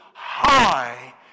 High